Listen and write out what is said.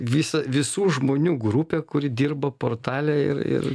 visa visų žmonių grupė kuri dirba portale ir ir